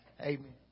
amen